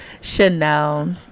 Chanel